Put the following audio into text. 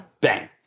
Bang